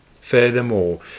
Furthermore